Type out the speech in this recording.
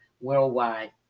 worldwide